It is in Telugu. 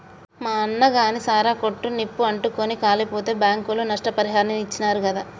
మా అన్నగాని సారా కొట్టు నిప్పు అంటుకుని కాలిపోతే బాంకోళ్లు నష్టపరిహారాన్ని ఇచ్చినారు గాదా